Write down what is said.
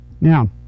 Now